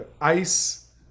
ice